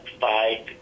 five